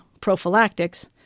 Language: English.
prophylactics